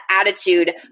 attitude